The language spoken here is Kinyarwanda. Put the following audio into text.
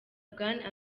bwana